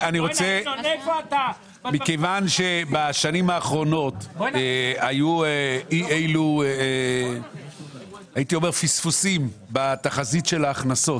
מכיוון שבשנים האחרונות היו אי אלו פספוסים בתחזית של ההכנסות.